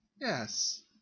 Yes